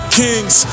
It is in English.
kings